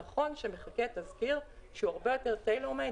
נכון שמחכה תזכיר שהוא הרבה יותר טיילור מייד